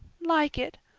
like it!